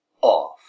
Off